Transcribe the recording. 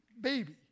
baby